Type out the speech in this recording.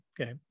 okay